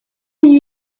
you